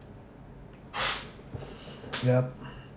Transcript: yup